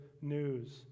news